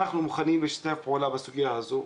אנחנו מוכנים לשתף פעולה בסוגיה הזו,